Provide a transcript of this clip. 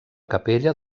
capella